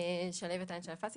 שלהבת איינשטיין אלפסי,